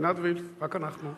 עינת וילף, רק אנחנו.